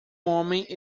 homem